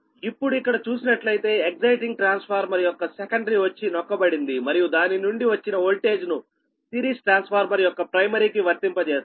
ఇప్పుడు ఇక్కడ చూసినట్లయితే ఎక్సయిటింగ్ట్రాన్స్ఫార్మర్ యొక్క సెకండరీ వచ్చి స్ప్రుషించునప్పుడు మరియు దాని నుండి వచ్చిన ఓల్టేజ్ ను సిరీస్ ట్రాన్స్ఫార్మర్ యొక్క ప్రైమరీ కి వర్తింపజేస్తారు